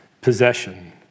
possession